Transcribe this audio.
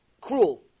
cruel